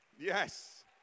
yes